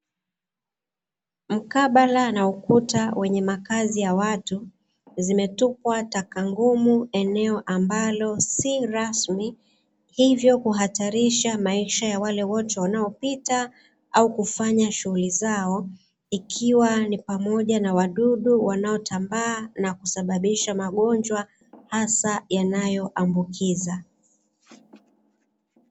Mkabala na ukuta wenye makazi ya watu, zimetupwa taka ngumu eneo ambalo si rasmi hivyo kuhatarisha maisha ya wale wote wanaopita au kufanya shughuli zao, ikiwa ni pamoja na wadudu wanaotambaa na kusababisha magonjwa hasa yanayoambukiza